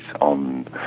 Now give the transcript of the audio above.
on